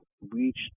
Reached